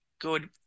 good